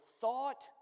thought